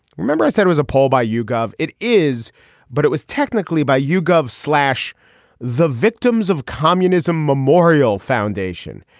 remember i said it was a poll by yougov. it is but it was technically by yougov slash the victims of communism memorial foundation.